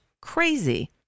crazy